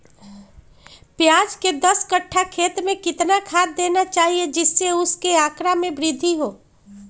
प्याज के दस कठ्ठा खेत में कितना खाद देना चाहिए जिससे उसके आंकड़ा में वृद्धि हो?